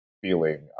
feeling